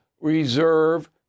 reserve